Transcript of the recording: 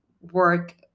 work